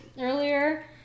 earlier